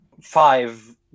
five